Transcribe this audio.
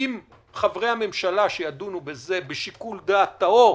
שאם חברי הממשלה ידונו בזה בשיקול דעת טהור,